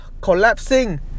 collapsing